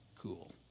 Cool